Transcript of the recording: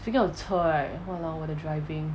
speaking of 车 right !walao! 我的 driving